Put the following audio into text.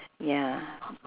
ya